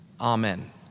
Amen